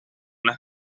las